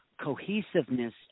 cohesiveness